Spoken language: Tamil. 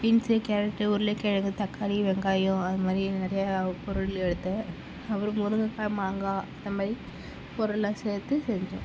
பீன்ஸு கேரட்டு உருளைக்கெழங்கு தக்காளி வெங்காயம் அது மாதிரி இன்னும் நிறையா பொருள் எடுத்து அப்புறம் முருங்கக்காய் மாங்காய் இந்த மாரி பொருள்லாம் சேர்த்து செஞ்சோம்